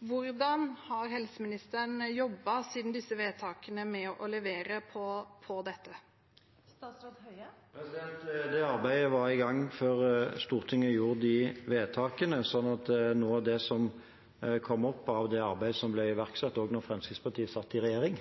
Hvordan har helseministeren jobbet siden disse vedtakene ble gjort, med å levere på dette? Det arbeidet var i gang før Stortinget gjorde de vedtakene, slik at noe av det som kom ut av det arbeidet som ble iverksatt også da Fremskrittspartiet satt i regjering,